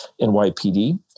NYPD